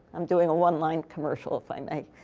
i'm doing a one line commercial, if i may.